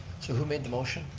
so who made the motion?